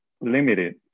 limited